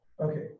Okay